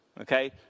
Okay